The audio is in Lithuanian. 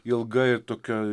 ilga ir tokia